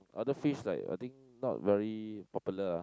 other fish like I think not very popular